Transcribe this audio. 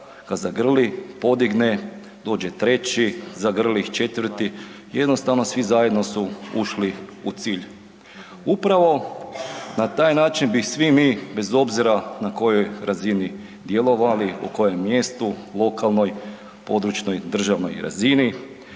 ga zagrli podigne, dođe treći zagrli, četvrti i jednostavno svi zajedno su ušli u cilj. Upravo na taj način bi svi mi bez obzira na kojoj razini djelovali u kojem mjestu lokalnoj, područnoj, državnoj razini